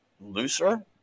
looser